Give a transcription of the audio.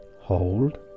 hold